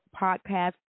podcast